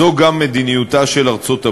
זו גם מדיניותה של ארצות-הברית,